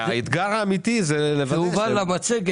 האתגר האמיתי זה לוודא --- אבל לא זאת המטרה